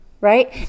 right